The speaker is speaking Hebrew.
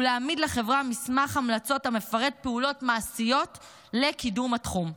ולהעמיד לחברה מסמך המלצות שמפרט פעולות מעשיות לקידום התחום.